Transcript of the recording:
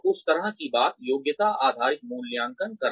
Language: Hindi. तो उस तरह की बात योग्यता आधारित मूल्यांकन